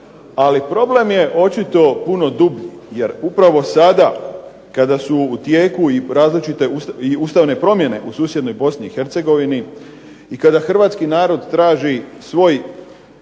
Ali problem je očito puno dublji, jer upravo sada kada su u tijeku i ustavne promjene u susjednoj Bosni i Hercegovini i kada hrvatski narod traži svoj